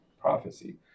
prophecy